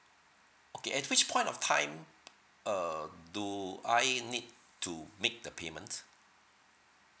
okay at which point of time uh do I need to make the payment